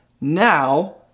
Now